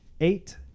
Eight